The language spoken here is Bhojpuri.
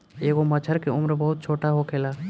एगो मछर के उम्र बहुत छोट होखेला